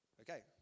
okay